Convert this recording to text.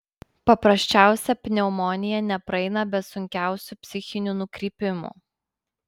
paprasčiausia pneumonija nepraeina be sunkiausių psichinių nukrypimų